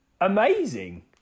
Amazing